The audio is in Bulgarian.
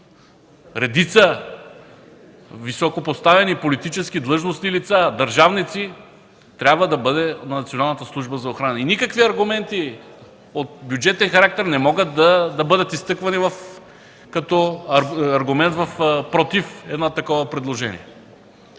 редица високопоставени политически длъжностни лица, държавници, трябва да бъде на Националната служба за охрана. Никакви аргументи от бюджетен характер не могат да бъдат изтъквани като аргумент против едно такова предложение.